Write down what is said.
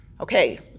Okay